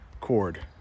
cord